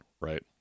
right